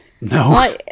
No